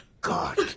God